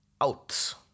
out